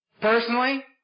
Personally